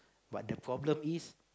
but the problem is